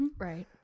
Right